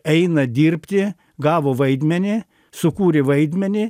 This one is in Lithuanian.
eina dirbti gavo vaidmenį sukūrė vaidmenį